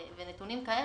ונתונים כאלו,